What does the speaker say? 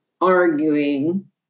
arguing